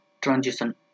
Transition